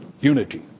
Unity